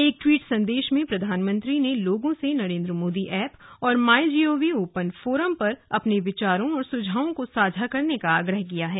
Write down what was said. एक ट्वीट संदेश में प्रधानमंत्री ने लोगों से नरेन्द्र मोदी ऐप और my G O V open forum पर अपने विचारों और सुझावों को साझा करने का आग्रह किया है